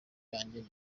yanjye